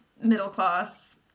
middle-class